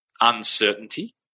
uncertainty